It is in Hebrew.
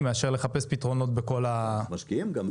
מאשר לחפש פתרונות בכל ה- -- משקיעים גם,